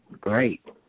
great